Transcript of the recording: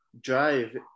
drive